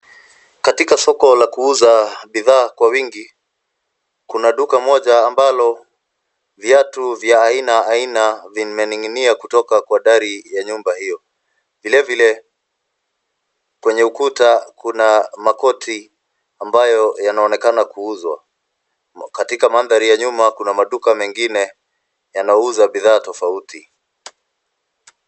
Katika soko la kuuza bidhaa kwa wingi, kuna duka moja ambalo viatu vya aina aina vimening'inia kutoka kwa dari ya nyumba hiyo. Vilevile kwenye ukuta kuna makoti ambayo yanaonekana kuuzwa. Katika mandhari ya nyuma, kuna maduka mengine yanauza bidhaa tofauti.